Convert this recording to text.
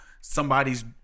somebody's